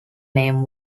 name